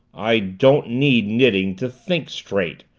i don't need knitting to think straight,